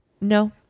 No